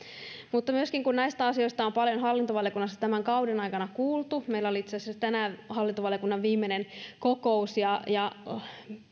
mutta myöskin kun näistä asioista on paljon hallintovaliokunnassa tämän kauden aikana kuultu meillä oli itse asiassa tänään hallintovaliokunnan viimeinen kokous ja ja